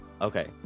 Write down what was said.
okay